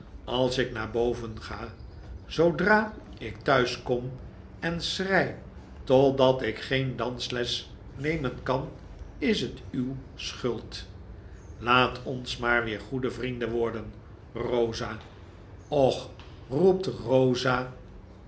als ik naar boven ga zoodra ik thuis kom en schrei totdat ik geen dansles nemen kan is het uwe schuld r laat ons maar weer goede vrienden worden rosa och roept rosa